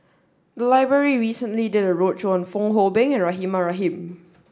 the library recently did a roadshow on Fong Hoe Beng and Rahimah Rahim